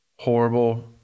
Horrible